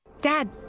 Dad